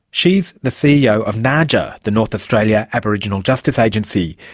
she is the ceo of naaja, the north australia aboriginal justice agency,